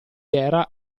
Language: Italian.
era